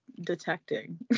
detecting